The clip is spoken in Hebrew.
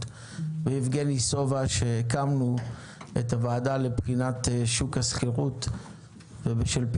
ויבגני סובה שהקמנו את הוועדה לבחינת שוק השכירות ובשל,